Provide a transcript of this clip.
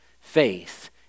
Faith